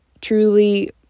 truly